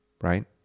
right